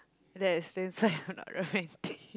that's that's why you're not romantic